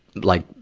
like,